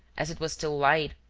as it was still light,